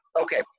Okay